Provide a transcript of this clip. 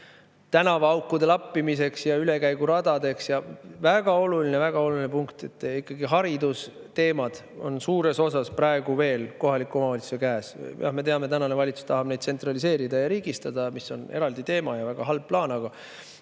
tänavaaukude lappimiseks ja ülekäiguradade [hoolduseks]. Väga oluline punkt: haridusteemad on ikkagi suures osas praegu veel kohaliku omavalitsuse käes. Jah, me teame, tänane valitsus tahab neid tsentraliseerida ja riigistada, mis on eraldi teema ja väga halb plaan, aga